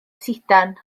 sidan